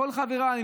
כל חבריי.